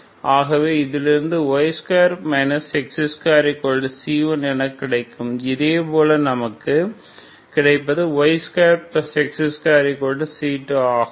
ஆகவே இதிலிருந்து y2 x2C1எனக் கிடைக்கும் இதே போல நமக்கு கிடைப்பது y2x2C2 ஆகும்